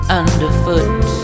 underfoot